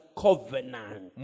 covenant